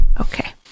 Okay